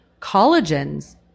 collagen's